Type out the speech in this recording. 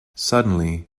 suddenly